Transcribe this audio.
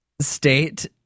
state